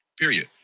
Period